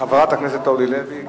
חברת הכנסת אורלי לוי.